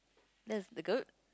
that's the